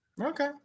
Okay